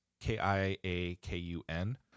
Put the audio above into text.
k-i-a-k-u-n